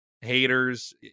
haters